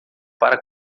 para